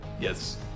Yes